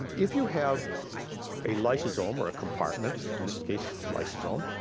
if you have a lysosome or a compartment, in this case, lysosome,